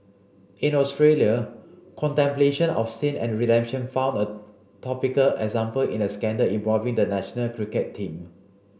in Australia contemplation of sin and redemption found a topical example in a scandal involving the national cricket team